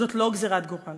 זו לא גזירת גורל